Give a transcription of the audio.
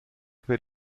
per